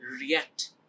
react